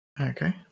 Okay